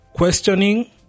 questioning